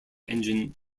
engine